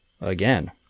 Again